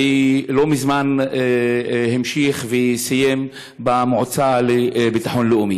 ולא מזמן המשיך וסיים במועצה לביטחון לאומי.